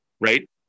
right